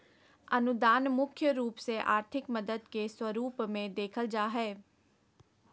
अनुदान मुख्य रूप से आर्थिक मदद के स्वरूप मे देखल जा हय